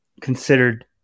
considered